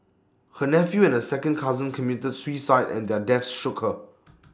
her nephew and A second cousin committed suicide and their deaths shook her